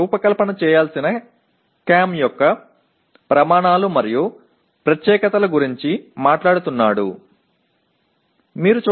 ஒருவேளை அவர் வடிவமைக்க வேண்டிய CAM இன் விவரக்குறிப்புகள் பற்றியும் அளவுகோலை பற்றியும் குறிப்பிடுகிறார் போலும்